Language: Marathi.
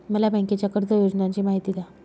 मला बँकेच्या कर्ज योजनांची माहिती द्या